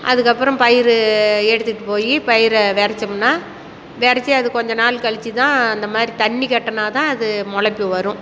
அதுக்கப்புறம் பயிறு எடுத்துகிட்டுப் போய் பயிரை வெதைச்சோம்னா வெதைச்சு அது கொஞ்ச நாள் கழிச்சுதான் அந்தமாதிரி தண்ணி கட்டுனால்தான் அது மொளைப்பி வரும்